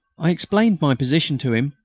i explained my position to him,